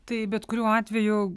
tai bet kuriuo atveju